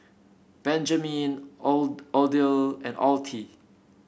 Benjman Odile and Ottie